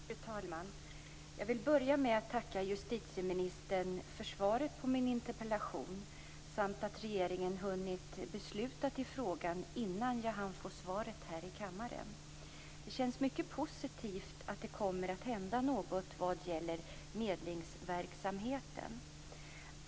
Fru talman! Jag vill börja med att tacka justitieministern för svaret på min interpellation. Regeringen har ju hunnit besluta i frågan innan jag hann få svaret här i kammaren. Det känns mycket positivt att det kommer att hända något vad gäller medlingsverksamheten.